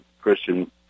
christian